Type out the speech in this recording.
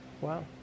Wow